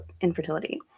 infertility